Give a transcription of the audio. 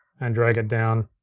and drag it down,